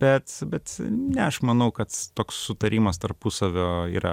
bet bet ne aš manau kad toks sutarimas tarpusavio yra